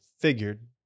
figured